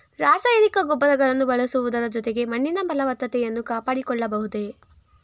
ರಾಸಾಯನಿಕ ಗೊಬ್ಬರಗಳನ್ನು ಬಳಸುವುದರ ಜೊತೆಗೆ ಮಣ್ಣಿನ ಫಲವತ್ತತೆಯನ್ನು ಕಾಪಾಡಿಕೊಳ್ಳಬಹುದೇ?